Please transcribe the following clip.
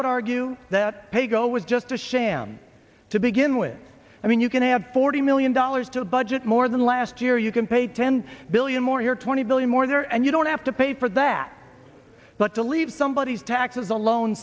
would argue that pay go is just a sham to begin with i mean you can have forty million dollars to budget more than last year you can pay ten billion more here twenty billion more there and you don't have to pay for that but to leave somebody taxes alone